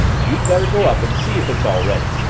you'd better go up and see if it's all ready.